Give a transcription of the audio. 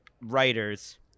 writers